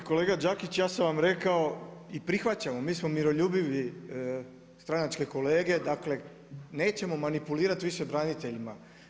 Dakle kolega Đakić ja sam vam rekao i prihvaćamo, mi smo miroljubivi stranačke kolege, dakle nećemo manipulirati više braniteljima.